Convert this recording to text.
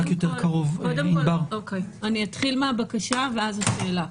אני אתחיל מהבקשה ואז השאלה.